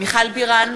מיכל בירן,